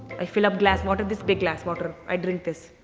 i fill up glass water this big, glass water. i drink this.